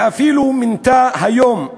ואפילו מינתה היום,